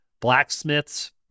blacksmiths